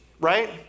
right